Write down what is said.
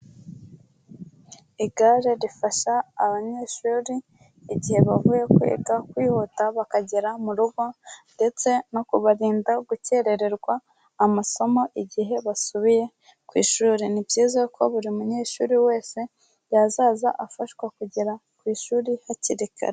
Igare rifasha abanyeshuri igihe bavuye kwiga, kwihuta bakagera mu rugo ndetse no kubarinda gukerererwa amasomo igihe basubiye ku ishuri, ni byiza ko buri munyeshuri wese yazaza afashwa kugera ku ishuri hakiri kare.